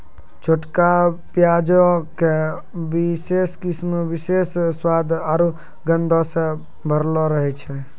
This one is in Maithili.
छोटका प्याजो के विशेष किस्म विशेष स्वाद आरु गंधो से भरलो रहै छै